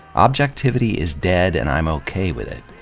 objectivity is dead and i'm ok with it.